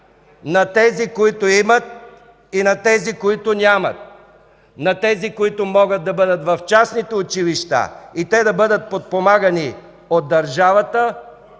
на тези, които имат, и на тези, които нямат; на тези, които могат да бъдат в частните училища и да бъдат подпомагани от държавата,